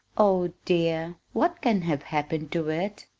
oh, dear! what can have happened to it?